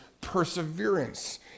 perseverance